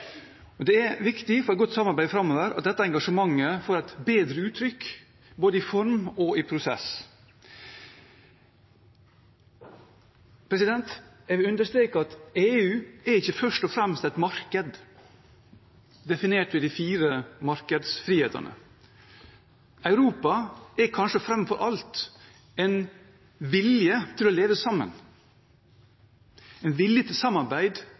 Europa. Det er viktig for et godt samarbeid framover at dette engasjementet får et bedre uttrykk i både form og prosess. Jeg vil understreke at EU ikke først og fremst er et marked definert ved de fire markedsfrihetene. Europa er kanskje framfor alt en vilje til å leve sammen, en vilje til samarbeid